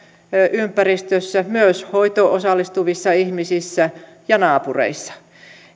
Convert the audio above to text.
ympäristössä myös hoitoon osallistuvissa ihmisissä ja naapureissa